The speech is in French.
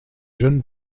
jeunes